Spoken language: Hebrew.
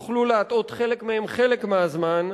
תוכלו להטעות חלק מהם חלק מהזמן,